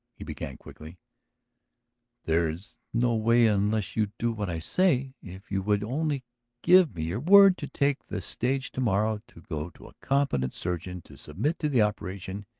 he began quickly there is no way unless you do what i say. if you would only give me your word to take the stage to-morrow, to go to a competent surgeon, to submit to the operation.